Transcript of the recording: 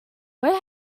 where